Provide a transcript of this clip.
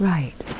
Right